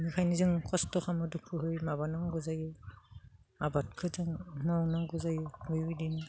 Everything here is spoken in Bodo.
बेनिखायनो जों कस्त' खालामो दुखुयै माबानांगौ जायो आबादखौ जों मावनांगौ जायो बेबायदिनो